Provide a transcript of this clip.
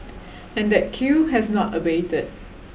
and that queue has not abated